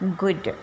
good